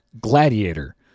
gladiator